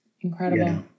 Incredible